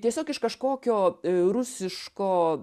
tiesiog iš kažkokio rusiško